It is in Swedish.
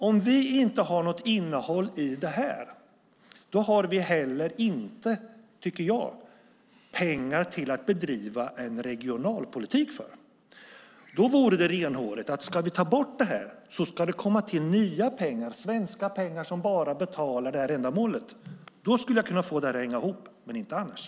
Om vi inte har något innehåll i det här har vi heller inte pengar till att bedriva regionalpolitik. Ska vi ta bort det här ska det komma till nya pengar, svenska pengar som bara betalar det här ändamålet. Det vore renhårigt. Då skulle jag kunna få detta att hänga ihop, inte annars.